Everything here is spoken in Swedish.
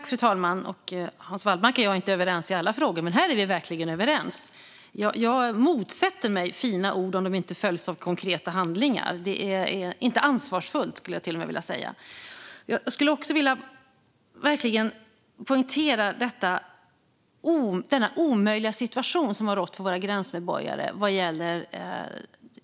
Fru talman! Hans Wallmark och jag är inte överens i alla frågor, men här är vi verkligen överens. Jag motsätter mig fina ord om de inte följs av konkreta handlingar. Det är inte ansvarsfullt, skulle jag till och med vilja säga. Jag vill verkligen poängtera den omöjliga situation som har rått för våra gränsmedborgare om vad som gäller.